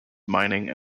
mining